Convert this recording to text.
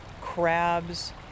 crabs